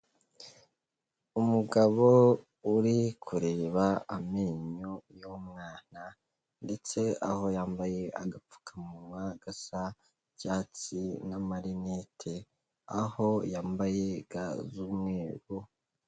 Umugabo uri kureba amenyo y'umwana, ndetse aho yambaye agapfukamunwa gasa icyatsi n' amarineti aho yambaye ga z'umweru.